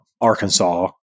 Arkansas